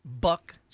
buck